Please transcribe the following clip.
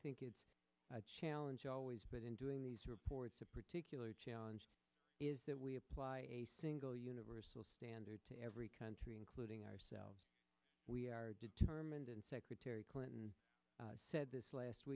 think it's a challenge always but in doing these reports a particular challenge is that we apply a single universal standard to every country including ourselves we are determined and secretary clinton said this last